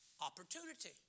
Opportunity